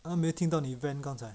!huh! 没有听到你 vent 刚才